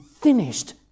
finished